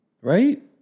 Right